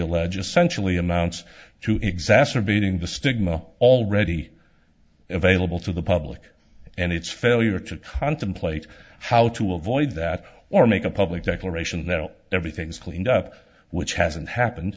allege essentially amounts to exacerbating the stigma already available to the public and its failure to contemplate how to avoid that or make a public declaration that everything's cleaned up which hasn't happened